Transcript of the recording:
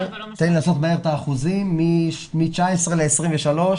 מ-19 ל-23.